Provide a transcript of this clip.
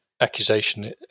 accusation